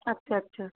আচ্ছা আচ্ছা